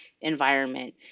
environment